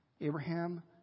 Abraham